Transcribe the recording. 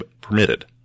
permitted